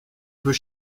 peut